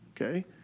okay